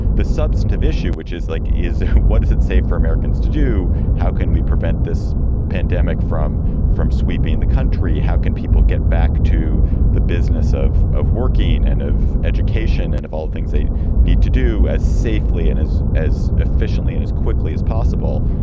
the substantive issue, which is like is what is it safe for americans to do? how can we prevent this pandemic from from sweeping the country? how can people get back to the business of of working and of education and of all things they need to do as safely and as as efficiently and as quickly as possible?